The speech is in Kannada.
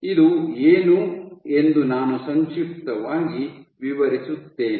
ಇದು ಏನು ಎಂದು ನಾನು ಸಂಕ್ಷಿಪ್ತವಾಗಿ ವಿವರಿಸುತ್ತೇನೆ